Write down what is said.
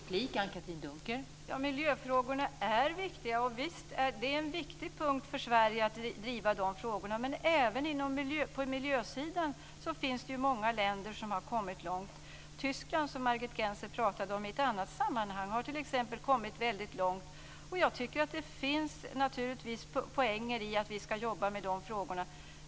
Fru talman! Miljöfrågorna är viktiga. Det är en viktig punkt för Sverige att driva dessa frågor. Men även på miljösidan finns det många länder som har kommit långt. Tyskland, som Margit Gennser talade om i ett annat sammanhang, har t.ex. kommit väldigt långt. Och jag tycker naturligtvis att det finns poänger i att vi ska jobba med dessa frågor.